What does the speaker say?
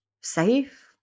Safe